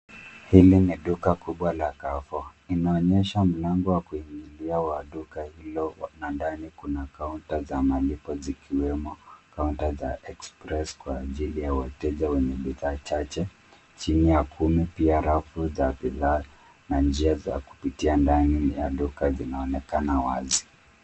Hili ni duka kubwa la CarreFour . Inaonyesha mlango wa kuingilia wa duka hilo na ndani kuna counter za malipo zikiwemo: counter za Express kwa ajili ya walio wateja wenye bidhaa chache, chini ya kumi, pia rafu za bidhaa na njia za kupitia ndani ni ya duka zinaonekana wazi.